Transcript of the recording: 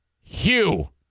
Hugh